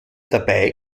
dabei